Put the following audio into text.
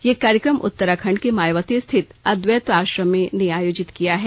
यह कार्यक्रम उत्तराखंड के मायावती स्थित अद्वैत आश्रम ने आयोजित किया है